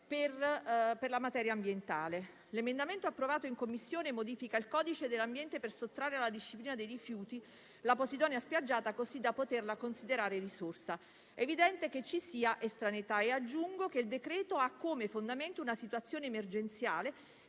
per la materia ambientale. L'emendamento approvato in Commissione modifica il codice dell'ambiente per sottrarre la posidonia spiaggiata alla disciplina dei rifiuti, così da poterla considerare risorsa. È dunque evidente che ci sia estraneità. Aggiungo che il decreto-legge ha come fondamento una situazione emergenziale,